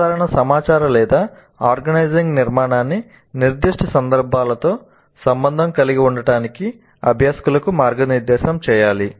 సాధారణ సమాచారం లేదా ఆర్గనైజింగ్ నిర్మాణాన్ని నిర్దిష్ట సందర్భాలతో సంబంధం కలిగి ఉండటానికి అభ్యాసకులకు మార్గనిర్దేశం చేయాలి